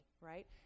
right